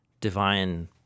divine